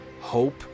hope